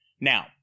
Now